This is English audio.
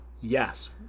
Yes